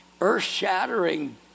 earth-shattering